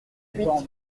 huit